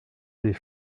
des